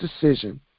decision